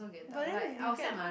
but then you get